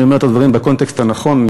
אני אומר את הדברים בקונטקסט הנכון,